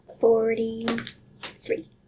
Forty-three